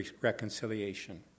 reconciliation